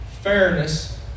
fairness